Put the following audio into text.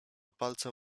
palcem